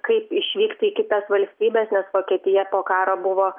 kaip išvykti į kitas valstybes nes vokietija po karo buvo